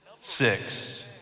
six